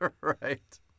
Right